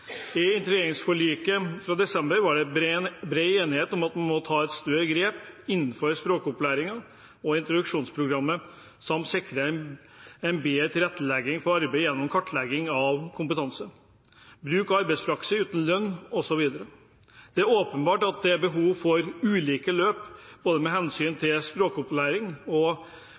I integreringsforliket fra desember var det bred enighet om at en må ta et større grep innenfor språkopplæringen og introduksjonsprogrammet, samt sikre bedre tilrettelegging for arbeid gjennom kartlegging av kompetanse, bruk av arbeidspraksis uten lønn, osv. Det er åpenbart at det er behov for ulike løp med hensyn til både språkopplæring og